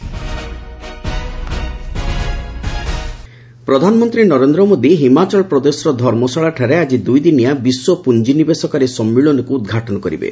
PM investors meet ପ୍ରଧାନମନ୍ତ୍ରୀ ନରେନ୍ଦ୍ର ମୋଦି ହିମାଚଳ ପ୍ରଦେଶର ଧର୍ମଶାଳାଠାରେ ଆଜି ଦୁଇଦିନିଆ ବିଶ୍ୱ ପୁଞ୍ଜିନିବେଶକାରୀ ସମ୍ମିଳନୀକୁ ଉଦ୍ଘାଟନ କରିବେ